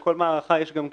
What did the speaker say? ולכל מערכה יש גם גנרל.